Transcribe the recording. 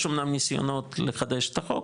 יש אמנם ניסיונות לחדש את החוק,